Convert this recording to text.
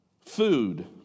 Food